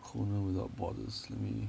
conan without borders let me